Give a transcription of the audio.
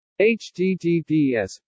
https